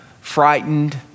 frightened